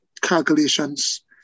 calculations